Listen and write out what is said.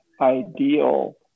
ideal